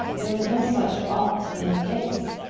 there's no such ought in the case.